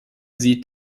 sieht